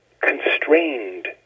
constrained